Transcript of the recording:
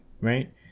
right